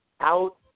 out